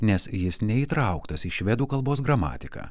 nes jis neįtrauktas į švedų kalbos gramatiką